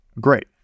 great